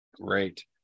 great